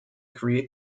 create